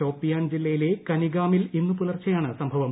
ഷോപ്പിയാൻ ജില്ലയിലെ കനിഗാമിൽ ഇന്നു പുലർച്ചെയാണ് സംഭവം